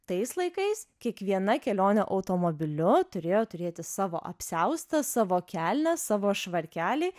tais laikais kiekviena kelionė automobiliu turėjo turėti savo apsiaustą savo kelnes savo švarkelį